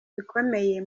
bikomeye